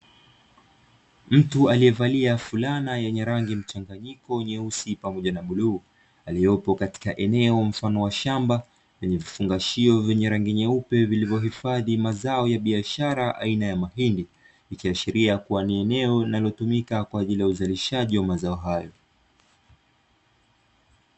Mtu alievalia fulana yenye rangi mchanganyiko nyeusi pamoja na bluu aliyopo katika eneo mfano wa shamba lenye vifungashio vyenye rangi nyeupe vilivyo hifadhi mazao ya biashara aina ya mahindi, ikiashiria kua ni eneo linalotumika kwaajili ya uzalishaji wa mazao hayo.